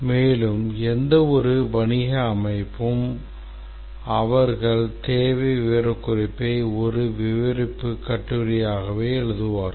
மேலும் எந்தவொரு வணிக அமைப்பும் அவர்கள் தேவை விவரக்குறிப்பை ஒரு விவரிப்புக் கட்டுரையாக எழுதுவார்கள்